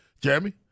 Jeremy